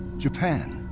japan,